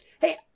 Hey